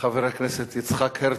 חבר הכנסת יצחק הרצוג.